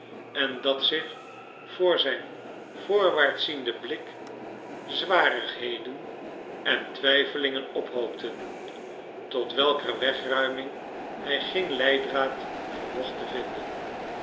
en dat zich voor zijn voorwaartszienden blik zwarigheden en twijfelingen ophoopten tot welker wegruiming hij geen leiddraad vermocht te vinden